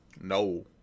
No